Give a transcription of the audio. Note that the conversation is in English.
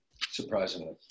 Surprisingly